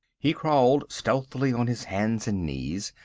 he crawled stealthily on his hands and knees.